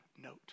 note